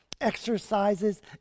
exercises